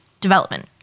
development